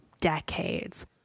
decades